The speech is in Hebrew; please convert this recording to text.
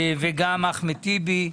וגם אחמד טיבי.